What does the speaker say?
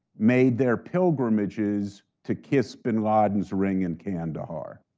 made their pilgrimages to kiss bin laden's ring in kandahar.